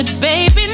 Baby